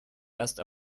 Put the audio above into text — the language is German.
erst